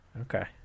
okay